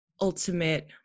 ultimate